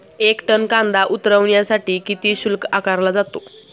एक टन कांदा उतरवण्यासाठी किती शुल्क आकारला जातो?